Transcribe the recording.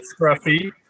scruffy